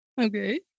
Okay